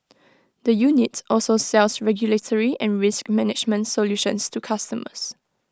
the unit also sells regulatory and risk management solutions to customers